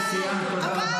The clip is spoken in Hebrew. סיימת.